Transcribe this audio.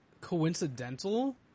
coincidental